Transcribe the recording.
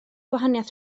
gwahaniaeth